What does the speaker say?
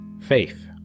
Faith